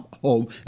home